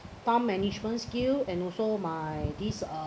fund management skill and also my this uh